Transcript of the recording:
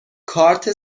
کارت